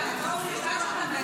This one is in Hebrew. כולנו עסוקים בזה.